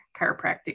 chiropractic